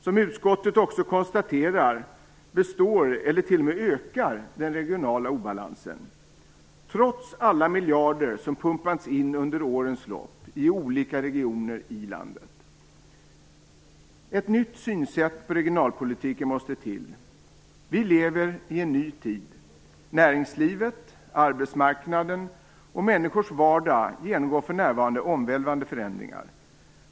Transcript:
Som utskottet också konstaterar består eller t.o.m. ökar den regionala obalansen, trots alla miljarder som pumpats in under årens lopp i olika regioner i landet. Ett nytt synsätt på regionalpolitiken måste till. Vi lever i en ny tid. Näringslivet, arbetsmarknaden och människors vardag genomgår för närvarande omvälvande förändringar.